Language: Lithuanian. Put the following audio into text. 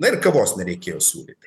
na ir kavos nereikėjo siūlyti